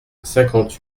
cinquante